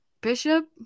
bishop